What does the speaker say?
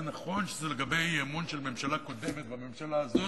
זה נכון לגבי אי-אמון של הממשלה הקודמת והממשלה הזאת,